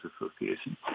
Association